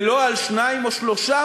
ולא על שני מאגרים או שלושה,